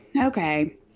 okay